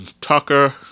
Tucker